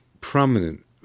prominent